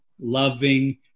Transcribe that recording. loving